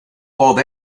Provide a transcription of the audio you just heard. called